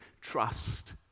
Trust